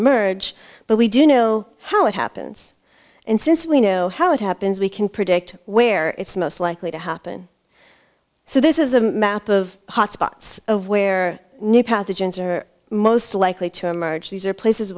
emerge but we do know how it happens and since we know how it happens we can predict where it's most likely to happen so this is a map of hotspots of where new pathogens are most likely to emerge these are places